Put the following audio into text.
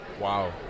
Wow